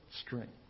strength